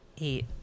Eight